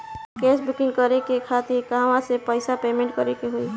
Gas booking करे के खातिर कहवा से पैसा पेमेंट करे के होई?